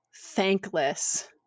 thankless